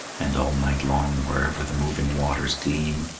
and all night long wherever the moving waters gleam,